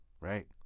Right